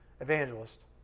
evangelist